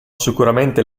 sicuramente